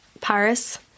paris